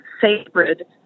sacred